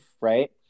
right